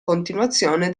continuazione